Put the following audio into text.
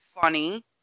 funny